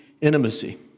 intimacy